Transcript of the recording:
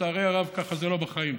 לצערי הרב ככה זה לא בחיים.